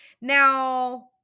Now